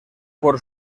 por